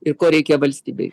ir ko reikia valstybei